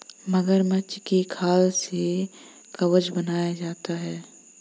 मगरमच्छ की खाल से कवच बनाया जाता है